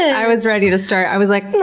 and i was ready to start, i was like,